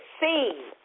see